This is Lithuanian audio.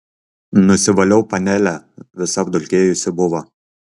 nusivaliau panelę visa apdulkėjus buvo